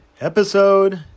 episode